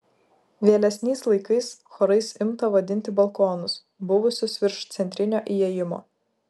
vėlesniais laikais chorais imta vadinti balkonus buvusius virš centrinio įėjimo